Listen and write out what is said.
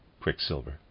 quicksilver